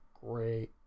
Great